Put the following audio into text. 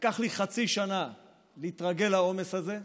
לקח לי חצי שנה להתרגל לעומס הזה,